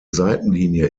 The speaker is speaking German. seitenlinie